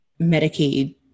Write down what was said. Medicaid